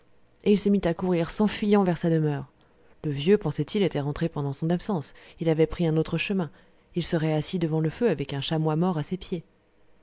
et il se mit à courir s'enfuyant vers sa demeure le vieux pensait-il était rentré pendant son absence il avait pris un autre chemin il serait assis devant le feu avec un chamois mort à ses pieds